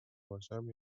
باشم